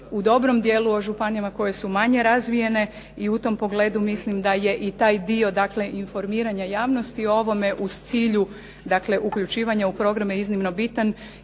u dobrom dijelu o županijama koje su manje razvijene i u tom pogledu mislim da je i taj dio informiranja javnosti o ovome u cilju uključivanja u programe iznimno bitan.